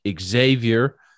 Xavier